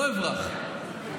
לא אברח.